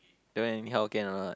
don't anyhow can or not